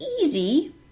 easy